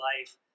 life